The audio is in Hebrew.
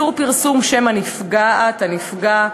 איסור פרסום שם הנפגעת או הנפגע,